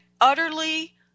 utterly